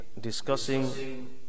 discussing